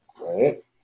Right